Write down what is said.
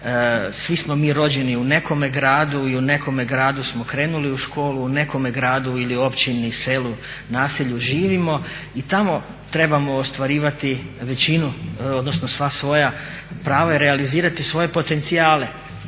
svi smo mi rođeni u nekome gradu i u nekome gradu smo krenuli u školu. I u nekome gradu ili općini, selu, naselju živimo i tamo trebamo ostvarivati većinu, odnosno sva svoja prava i realizirati svoje potencijale.